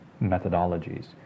methodologies